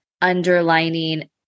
underlining